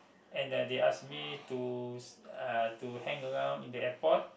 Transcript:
and uh they ask me to uh to hang around in the airport